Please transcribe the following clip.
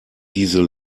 diese